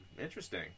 Interesting